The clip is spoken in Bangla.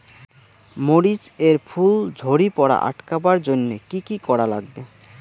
মরিচ এর ফুল ঝড়ি পড়া আটকাবার জইন্যে কি কি করা লাগবে?